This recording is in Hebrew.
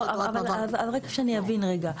לא, אבל רק שאני אבין רגע.